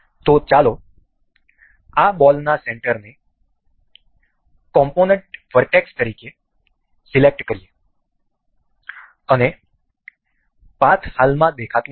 તો ચાલો આ બોલના સેન્ટરને કોમ્પોનન્ટ વરટેકસ તરીકે સિલેક્ટ કરીએ અને પાથ હાલમાં દેખાતું નથી